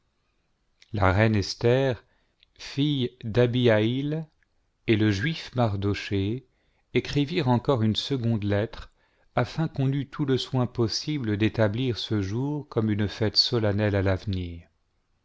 la reine esther fille d'abihaïl et le juif mardochée écrivirent encore une seconde lettre afin qu'on eût tout le soin possible d'établir ce jour comme une fête solennelle à l'avenir